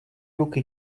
ruky